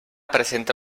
presenta